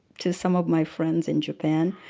to some of my friends in japan,